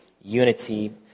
unity